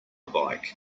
bike